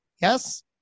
Yes